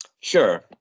Sure